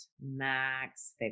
Max